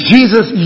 Jesus